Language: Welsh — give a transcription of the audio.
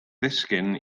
ddisgyn